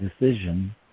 decision